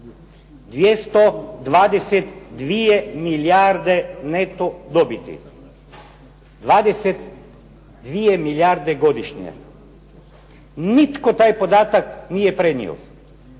222 milijarde neto dobiti, 22 milijarde godišnje. Nitko taj podatak nije prenio.